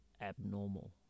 abnormal